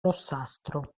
rossastro